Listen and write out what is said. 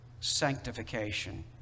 sanctification